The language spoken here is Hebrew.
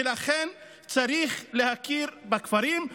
ולכן צריך להכיר בכפרים,